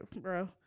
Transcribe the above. bro